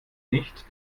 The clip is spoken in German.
nicht